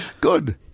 Good